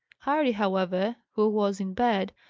harry, however, who was in bed,